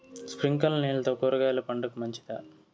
స్ప్రింక్లర్లు నీళ్లతో కూరగాయల పంటకు మంచిదా?